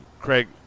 Craig